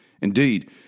Indeed